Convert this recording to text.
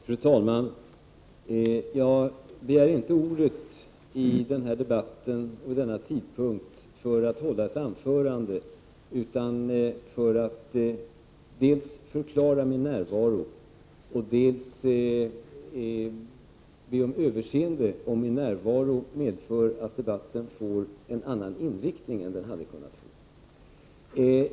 Fru talman! Jag begär inte ordet i denna debatt vid denna tidpunkt för att hålla ett anförande utan för att dels förklara min närvaro, dels be om överseende om min närvaro medför att debatten får en annan inriktning än den hade kunnat få annars.